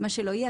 מה שלא יהיה,